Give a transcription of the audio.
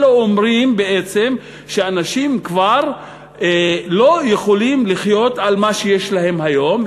אלו אומרים בעצם שאנשים כבר לא יכולים לחיות על מה שיש להם היום,